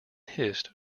hissed